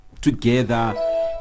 together